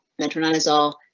metronidazole